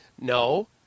No